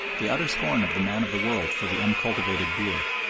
the utter scorn of the man of the world for the uncultivated boor.